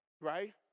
right